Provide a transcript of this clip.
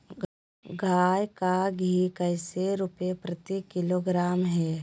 गाय का घी कैसे रुपए प्रति किलोग्राम है?